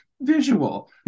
visual